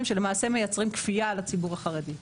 שלמעשה מייצרים כפייה לציבור החרדי.